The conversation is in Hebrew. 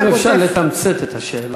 אם אפשר לתמצת את השאלה.